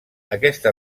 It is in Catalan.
aquesta